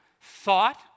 Thought